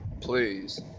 please